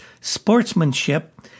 sportsmanship